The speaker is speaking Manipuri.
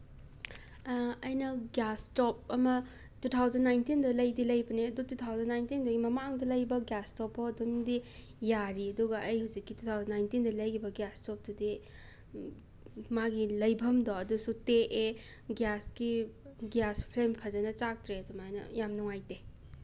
ꯑꯩꯅ ꯒ꯭ꯌꯥꯁ ꯏꯁꯇꯣꯞ ꯑꯃ ꯇꯨ ꯊꯥꯎꯖꯟ ꯅꯥꯏꯟꯇꯤꯟꯗ ꯂꯩꯗꯤ ꯂꯩꯕꯅꯦ ꯑꯗꯣ ꯇꯨ ꯊꯥꯎꯖꯟ ꯅꯥꯏꯟꯇꯤꯟꯗꯒꯤ ꯃꯃꯥꯡꯗ ꯂꯩꯕ ꯒ꯭ꯌꯥꯁ ꯏꯁꯇꯣꯞ ꯐꯥꯎ ꯑꯗꯨꯝꯗꯤ ꯌꯥꯔꯤ ꯑꯗꯨꯒ ꯑꯩ ꯍꯧꯖꯤꯛꯀꯤ ꯇꯨ ꯊꯥꯎꯖꯟ ꯅꯥꯏꯟꯇꯤꯟꯗ ꯂꯩꯈꯤꯕ ꯒ꯭ꯌꯥꯁ ꯏꯁꯇꯣꯞꯇꯨꯗꯤ ꯃꯥꯒꯤ ꯂꯩꯕꯝꯗꯣ ꯑꯗꯨꯁꯨ ꯇꯦꯛꯑꯦ ꯒ꯭ꯌꯥꯁꯀꯤ ꯒ꯭ꯌꯥꯁ ꯐ꯭ꯂꯦꯝ ꯐꯖꯅ ꯆꯥꯛꯇ꯭ꯔꯦ ꯑꯗꯨꯃꯥꯏꯅ ꯌꯥꯝ ꯅꯨꯡꯉꯥꯏꯇꯦ